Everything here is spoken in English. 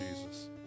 Jesus